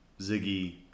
Ziggy